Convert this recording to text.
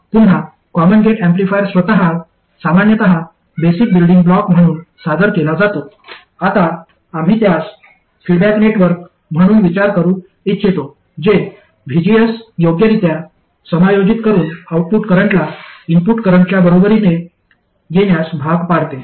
पुन्हा common gate amplifier सामान्यत basic building block म्हणून सादर केला जातो आता आम्ही त्यास फीडबॅक नेटवर्क म्हणून विचार करू इच्छितो जे vgs योग्यरित्या समायोजित करुन आउटपुट करंटला इनपुट करंटच्या बरोबरीने येण्यास भाग पाडते